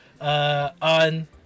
on